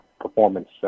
performance